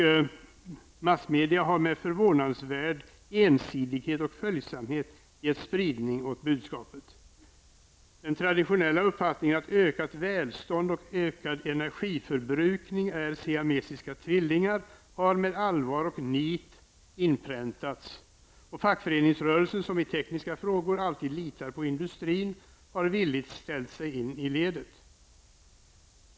Massmedia har med förvånansvärd ensidighet och följsamhet gett spridning åt budskapet. Den traditionella uppfattningen att ökat välstånd och ökad energiförbrukning är siamesiska tvillingar har med allvar och nit inpräntats. Och fackföreningsrörelsen, som i tekniska frågor alltid litar på industrin, har villigt ställt in sig i ledet.